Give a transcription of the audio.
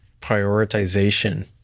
prioritization